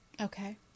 Okay